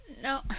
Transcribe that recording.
No